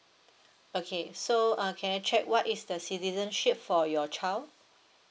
okay so uh can I check what is the citizenship for your child